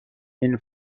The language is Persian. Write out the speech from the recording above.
این